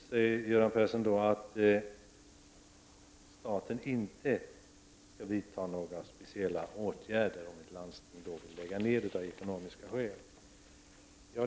Han säger att staten inte skall vidta några speciella åtgärder om ett landsting vill lägga ner en folkhögskola av ekonomiska skäl.